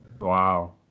Wow